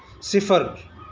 صفر